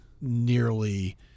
nearly